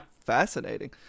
fascinating